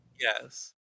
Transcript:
Yes